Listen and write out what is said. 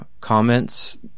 comments